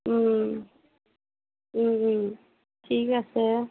ঠিক আছে